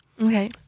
Okay